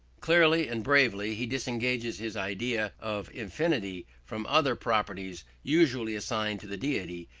clearly and bravely he disengages his idea of infinity from other properties usually assigned to the deity,